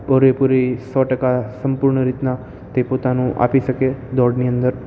પૂરે પૂરી સો ટકા સંપૂર્ણ રીતના તે પોતાનું આપી શકે દોડની અંદર